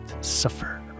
suffer